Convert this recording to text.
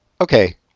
Okay